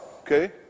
okay